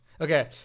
Okay